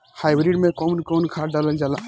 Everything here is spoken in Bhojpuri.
हाईब्रिड में कउन कउन खाद डालल जाला?